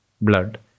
blood